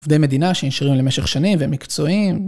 עובדי מדינה שנשארים למשך שנים והם מקצועיים.